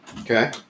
Okay